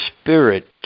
spirit